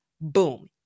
Boom